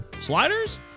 sliders